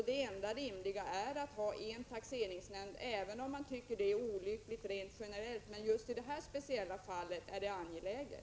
Det enda rimliga är att ha en taxeringsnämnd. Även om man tycker att detta är olyckligt rent generellt, är det i just detta speciella fall angeläget.